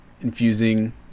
infusing